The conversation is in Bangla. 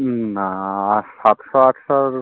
না সাতশো আটশোর